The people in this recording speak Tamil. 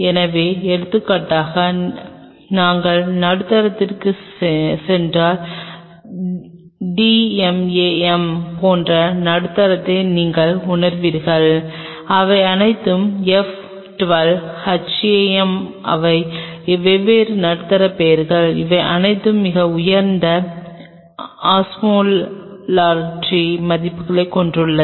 எனவே எடுத்துக்காட்டாக நாங்கள் நடுத்தரத்திற்குச் சென்றால் d m a m போன்ற நடுத்தரத்தை நீங்கள் உணருவீர்கள் இவை அனைத்தும் F 12 HAM இவை வெவ்வேறு நடுத்தர பெயர்கள் அவை அனைத்தும் மிக உயர்ந்த ஒஸ்மோலரிட்டி மதிப்புகளைக் கொண்டுள்ளன